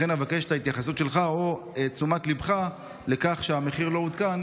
לכן אבקש את ההתייחסות שלך או את תשומת ליבך לכך שהמחיר לא עודכן,